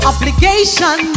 Obligation